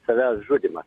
savęs žudymą